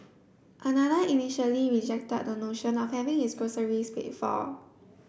another initially rejected the notion of having his groceries paid for